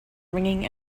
ringing